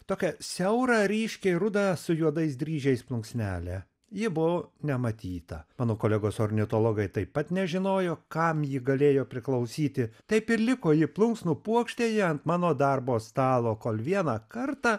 tokią siaurą ryškiai rudą su juodais dryžiais plunksnelę ji buvo nematyta mano kolegos ornitologai taip pat nežinojo kam ji galėjo priklausyti taip ir liko ji plunksnų puokštėje ant mano darbo stalo kol vieną kartą